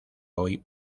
hoy